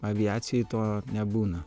aviacijoj to nebūna